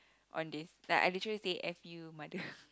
on this then I literally say F U mother